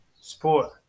Sport